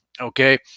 Okay